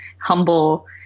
humble